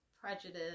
Prejudice